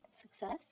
success